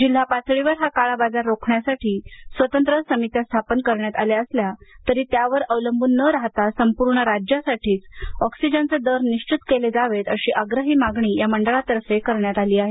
जिल्हा पातळीवर हा काळा बाजार रोखण्यासाठी स्वतंत्र समित्या स्थापन करण्यात आल्या असल्या तरी त्यावर अवलंबून न राहता संपूर्ण राज्यासाठीच ऑक्सिजनचे दर निश्वित केले जावेत अशी आग्रही मागणी या मंडळातर्फे करण्यात आली आहे